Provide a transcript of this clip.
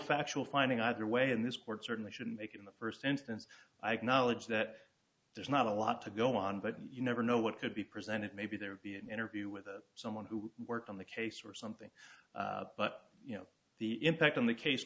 factual finding either way and this court certainly shouldn't make in the first instance i've knowledge that there's not a lot to go on but you never know what could be presented maybe there would be an interview with someone who worked on the case or something but you know the impact on the case